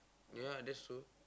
ya that's true